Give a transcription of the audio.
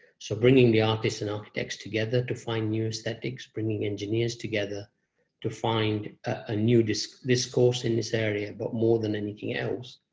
so bringing the artists and architects together to find new aesthetics, bringing engineers together to find a new discourse in this area. but more than anything else,